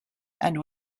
and